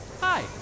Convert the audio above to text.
Hi